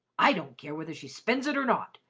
i don't care whether she spends it or not!